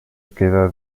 queda